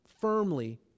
firmly